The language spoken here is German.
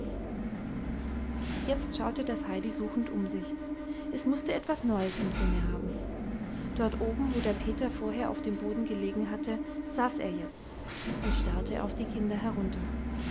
jetzt schaute das heidi suchend um sich es mußte etwas neues im sinne haben dort oben wo der peter vorher auf dem boden gelegen hatte saß er jetzt und starrte auf die kinder herunter